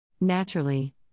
Naturally